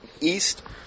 east